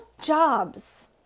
jobs